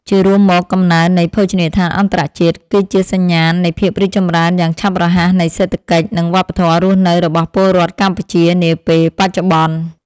ជារួមមក កំណើននៃភោជនីយដ្ឋានអន្តរជាតិ គឺជាសញ្ញាណនៃភាពរីកចម្រើនយ៉ាងឆាប់រហ័សនៃសេដ្ឋកិច្ច និងវប្បធម៌រស់នៅរបស់ពលរដ្ឋកម្ពុជានាពេលបច្ចុប្បន្ន។